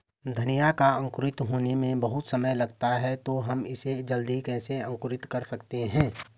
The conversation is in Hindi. धनिया को अंकुरित होने में बहुत समय लगता है तो हम इसे जल्दी कैसे अंकुरित कर सकते हैं?